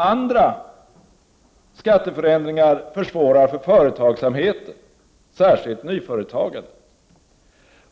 Andra skatteförändringar försvårar för företagsamheten, särskilt nyföretagandet.